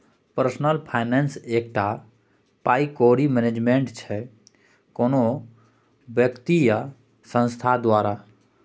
personal finance एकटा पाइ कौड़ी मैनेजमेंट छै कोनो बेकती या संस्थान द्वारा